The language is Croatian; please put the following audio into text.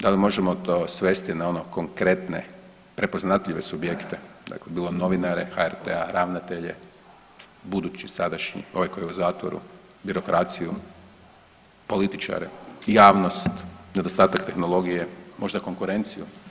Da li možemo to svesti na ono konkretne prepoznatljive subjekte, dakle bilo novinare HRT-a, ravnatelje, budući, sadašnji, ovaj koji je u zatvoru, birokraciju, političare, javnost, nedostatak tehnologije, možda konkurenciju.